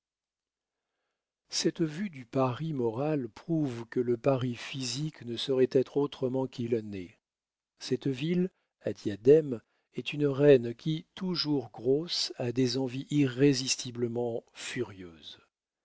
cette vue du paris moral prouve que le paris physique ne saurait être autrement qu'il n'est cette ville à diadème est une reine qui toujours grosse a des envies irrésistiblement furieuses